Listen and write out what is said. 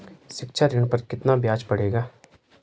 शिक्षा ऋण पर कितना ब्याज पड़ेगा?